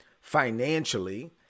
financially